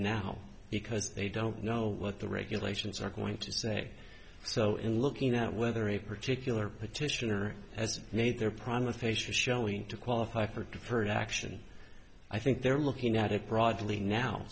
now because they don't know what the regulations are going to say so in looking at whether a particular petitioner has made their prime with patients showing to qualify for deferred action i think they're looking at it broadly now